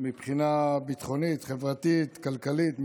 מבחינה ביטחונית, חברתית, כלכלית.